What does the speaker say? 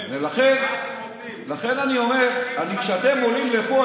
לכן אני אומר שכשאתם עולים לפה,